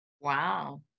Wow